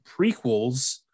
prequels